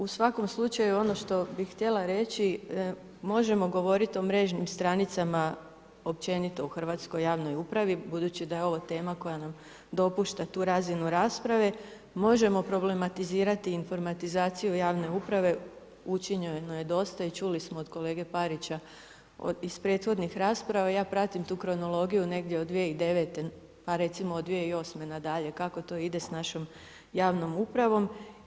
U svakom slučaju ono što bih htjela reći, možemo govoriti o mrežnim stranicama općenito u hrvatskoj javnoj upravi, budući da je ovo tema koja nam dopušta tu razinu rasprave, možemo problematizirati informatizaciju javne uprave, učinjeno je dosta i čuli smo od kolege Parića iz prethodnih rasprava, ja pratim tu kronologiju negdje od 2009., pa recimo od 2008. na dalje kako to ide s našom javnom upravom.